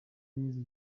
yezu